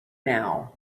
now